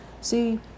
See